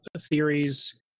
theories